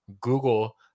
google